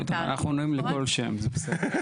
אנחנו עונים לכל שם, זה בסדר.